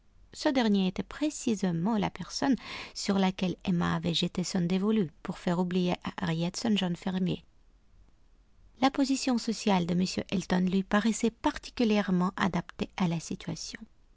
ce dernier était précisément la personne sur laquelle emma avait jeté son dévolu pour faire oublier à harriet son jeune fermier la position sociale de m elton lui paraissait particulièrement adaptée à la situation